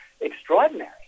extraordinary